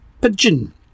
Pigeon